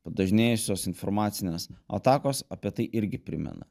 padažnėjusios informacinės atakos apie tai irgi primena